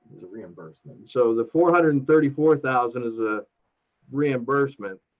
reimbursement. so the four hundred and thirty four thousand is a reimbursement.